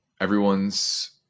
Everyone's